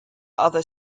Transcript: other